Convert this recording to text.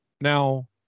Now